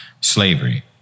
slavery